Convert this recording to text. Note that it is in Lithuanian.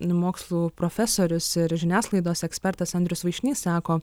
mokslų profesorius ir žiniasklaidos ekspertas andrius vaišnys sako